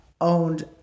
owned